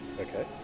Okay